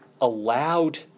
allowed